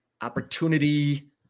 opportunity